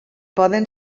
poden